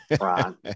Ron